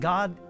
God